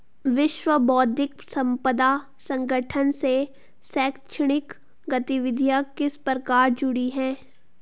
विश्व बौद्धिक संपदा संगठन से शैक्षणिक गतिविधियां किस प्रकार जुड़ी हैं?